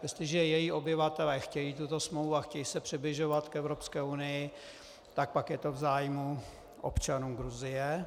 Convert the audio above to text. Jestliže její obyvatelé chtějí tuto smlouvu a chtějí se přibližovat k Evropské unii, tak pak je to v zájmu občanů Gruzie.